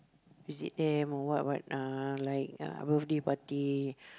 visit them or what but uh like uh birthday party